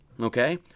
Okay